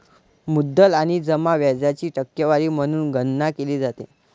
मुद्दल आणि जमा व्याजाची टक्केवारी म्हणून गणना केली जाते